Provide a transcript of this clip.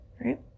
Right